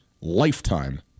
Lifetime